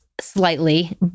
slightly